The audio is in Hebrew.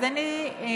אז אני מבקשת,